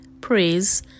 praise